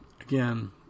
Again